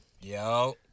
Yo